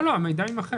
המידע יימחק.